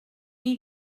you